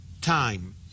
time